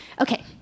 Okay